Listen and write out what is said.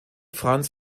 frans